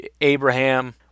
Abraham